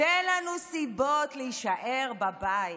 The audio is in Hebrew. תן לנו סיבות להישאר בבית,